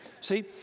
See